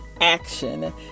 action